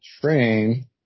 train